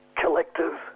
collective